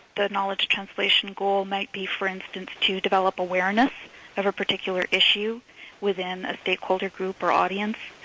the knowledge translation goal might be, for instance, to develop awareness of a particular issue within a stakeholder group or audience.